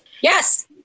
Yes